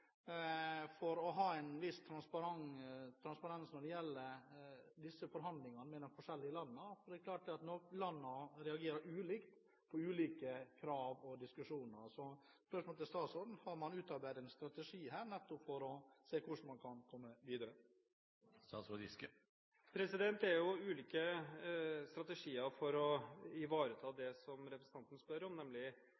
for å ha en viss transparens når det gjelder disse forhandlingene med de forskjellige landene? For det er klart at landene reagerer ulikt på ulike krav og diskusjoner. Har man utarbeidet en strategi for å se hvordan man kan komme videre? Det er ulike strategier for å ivareta det som representanten spør om, nemlig menneskerettigheter i andre land, som kanskje ikke har det samme rettssystemet eller de